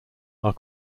are